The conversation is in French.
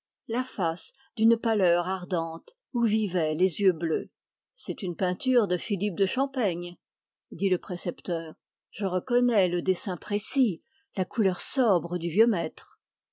la face d'une pâleur ardente où vivaient les yeux bleus c'est une peinture de philippe de champaigne dit le précepteur je reconnais le style du vieux maître